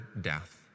death